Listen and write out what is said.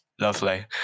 Lovely